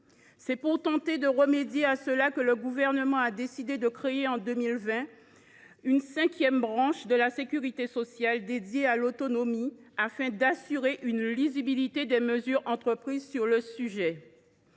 C’est pour tenter de remédier à cela que le Gouvernement a décidé de créer, en 2020, une cinquième branche de la sécurité sociale, dédiée à l’autonomie, afin d’assurer une lisibilité des mesures prises sur le sujet.